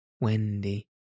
Wendy